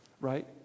right